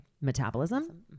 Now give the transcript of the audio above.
metabolism